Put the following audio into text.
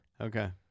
okay